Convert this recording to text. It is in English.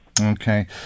Okay